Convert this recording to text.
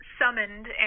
summoned